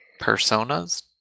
personas